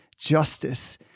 justice